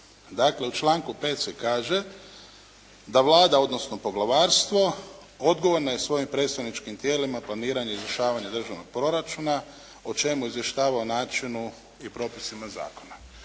Dakle, u članku 5. se kaže da Vlada, odnosno Poglavarstvo odgovorno je svojim predstavničkim tijelima planiranje i izvršavanje državnog proračuna o čemu izvještava o načinu i propisima zakona.